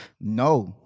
no